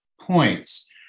points